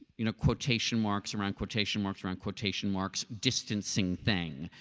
you know, quotation marks around quotation marks around quotation marks, distancing thing.